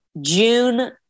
June